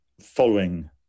following